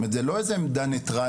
זה לא איזו עמדה נייטרלית.